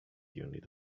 unit